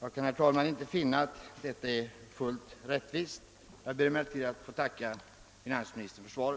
Jag kan inte finna att detta är rättvist. Jag ber emellertid att få tacka finansministern för svaret.